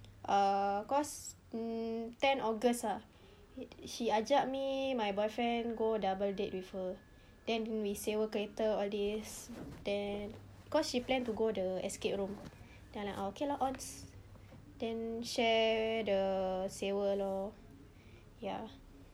uh cause um ten august lah she ajak me my boyfriend go double date with her then we sewa kereta all this then cause she plan to go the escape room then I like oh okay lah on then share the sewa lor ya